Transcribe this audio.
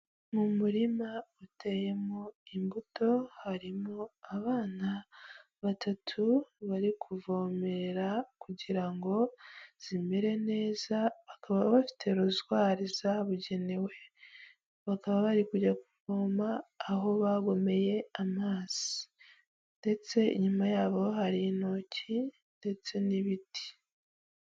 Mu murima uteyemo imbuto harimo abana batatu bari kuvomerera kugira ngo zimere neza, bakaba bafite rozwari zabugenewe bakaba bari kujya kuvoma aho bagomeye amazi, ndetse inyuma yabo hari intoki ndetse n'ibiti.